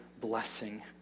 blessing